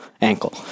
Ankle